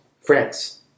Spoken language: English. France